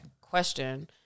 question